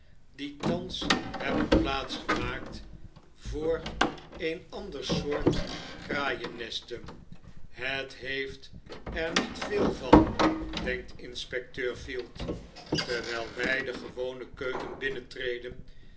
die thans hebben plaats gemaakt voor een ander soort kraaiennesten het heeft er niet veel van denkt inspecteur field terwyl wy de gewone keuken binnentreden